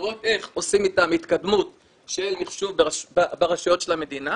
לראות איך עושים איתם התקדמות של מחשוב ברשויות של המדינה.